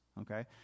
okay